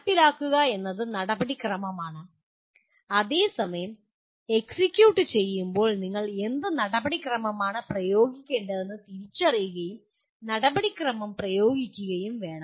നടപ്പിലാക്കുക എന്നത് നടപടിക്രമമാണ് അതേസമയം എക്സിക്യൂട്ട് ചെയ്യുമ്പോൾ നിങ്ങൾ എന്ത് നടപടിക്രമമാണ് പ്രയോഗിക്കേണ്ടതെന്ന് തിരിച്ചറിയുകയും നടപടിക്രമം പ്രയോഗിക്കുകയും വേണം